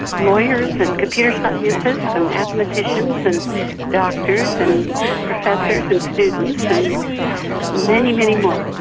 lawyers and computer scientists and mathematicians and doctors and professors and students and many, many more.